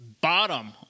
bottom